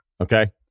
Okay